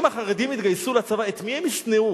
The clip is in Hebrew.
אם החרדים יתגייסו לצבא, את מי הם ישנאו?